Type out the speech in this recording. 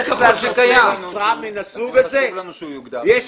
חשוב לנו שהוא יוגדר כנושא משרה.